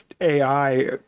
AI